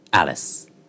Alice